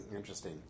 interesting